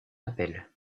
appel